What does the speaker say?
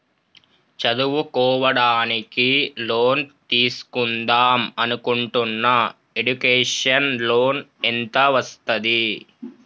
చదువుకోవడానికి లోన్ తీస్కుందాం అనుకుంటున్నా ఎడ్యుకేషన్ లోన్ ఎంత వస్తది?